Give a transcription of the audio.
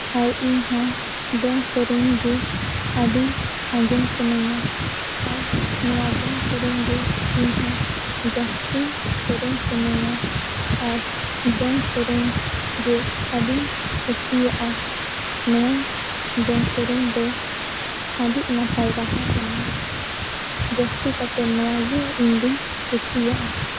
ᱟᱨ ᱤᱧ ᱦᱚᱸ ᱫᱚᱝ ᱥᱮᱨᱮᱧ ᱜᱮ ᱟᱹᱰᱤ ᱟᱸᱡᱚᱢ ᱥᱟᱱᱟᱧᱟ ᱟᱨ ᱱᱚᱣᱟ ᱫᱚᱝ ᱥᱮᱨᱮᱧ ᱜᱮ ᱤᱧ ᱦᱚᱸ ᱡᱟᱹᱥᱛᱤ ᱥᱮᱨᱮᱧ ᱥᱟᱱᱟᱹᱧᱟ ᱟᱨ ᱫᱚᱝ ᱥᱮᱨᱮᱧ ᱜᱮ ᱟᱹᱰᱤᱧ ᱠᱩᱥᱤᱭᱟᱜᱼᱟ ᱱᱚᱣᱟ ᱫᱚᱝ ᱥᱮᱨᱮᱧ ᱫᱚ ᱟᱹᱰᱤ ᱱᱟᱯᱟᱭ ᱨᱟᱦᱟ ᱠᱟᱱᱟ ᱡᱟᱹᱥᱛᱤ ᱠᱟᱛᱮ ᱱᱚᱣᱟ ᱜᱮ ᱤᱧ ᱫᱚᱧ ᱠᱩᱥᱤᱭᱟᱜᱼᱟ